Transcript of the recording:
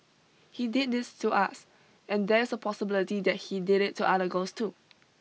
he did this to us and there is a possibility that he did it to other girls too